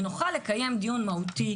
ונוכל לקיים דיון מהותי,